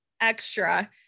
extra